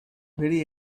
very